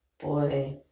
boy